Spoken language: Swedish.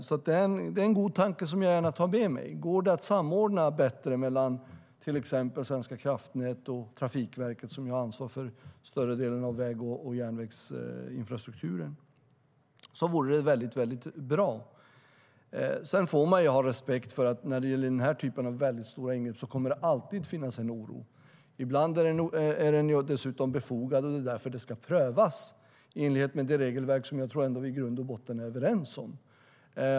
Det är en god tanke som jag gärna tar med mig. Det vore väldigt bra om det går att samordna bättre mellan till exempel Svenska kraftnät och Trafikverket, som har ansvar för större delen av väg och järnvägsinfrastrukturen. Man får ha respekt för att det alltid kommer att finnas en oro när det gäller den här typen av stora ingrepp. Ibland är den dessutom befogad, och därför ska det prövas i enlighet med det regelverk som jag tror att vi i grund och botten ändå är överens om.